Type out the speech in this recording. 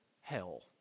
hell